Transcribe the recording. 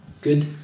Good